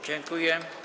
Dziękuję.